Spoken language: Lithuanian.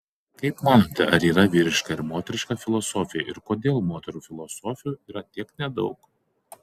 kaip manote ar yra vyriška ir moteriška filosofija ir kodėl moterų filosofių yra tiek nedaug